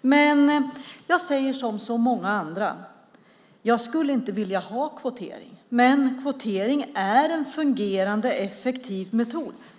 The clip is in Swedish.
Men jag säger som så många andra: Jag skulle inte vilja ha kvotering, men kvotering är en fungerande, effektiv metod.